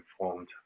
informed